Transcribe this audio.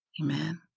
Amen